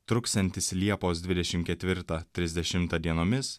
truksiantis liepos dvidešim ketvirtą trisdešimtą dienomis